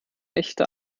echte